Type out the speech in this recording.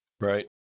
Right